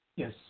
Yes